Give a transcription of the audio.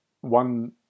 One